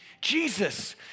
Jesus